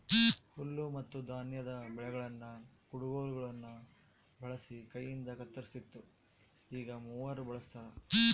ಹುಲ್ಲುಮತ್ತುಧಾನ್ಯದ ಬೆಳೆಗಳನ್ನು ಕುಡಗೋಲುಗುಳ್ನ ಬಳಸಿ ಕೈಯಿಂದಕತ್ತರಿಸ್ತಿತ್ತು ಈಗ ಮೂವರ್ ಬಳಸ್ತಾರ